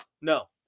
No